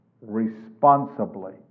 responsibly